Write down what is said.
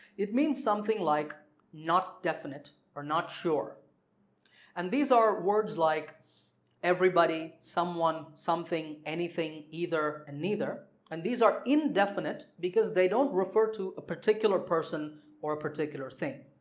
it means something like not definite or not sure and these are words like everybody, someone, something, anything, either, and neither and these are indefinite because they don't refer to a particular person or a particular thing.